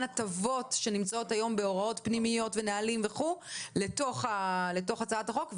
הטבות שנמצאות היום בהוראות פנימיות ונהלים וכולי אל תוך הצעת החוק.